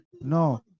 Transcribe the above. no